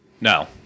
no